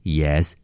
yes